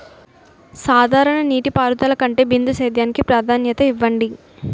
సాధారణ నీటిపారుదల కంటే బిందు సేద్యానికి ప్రాధాన్యత ఇవ్వండి